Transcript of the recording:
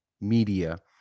Media